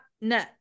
No